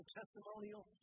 testimonial